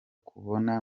kubona